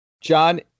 John